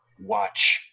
watch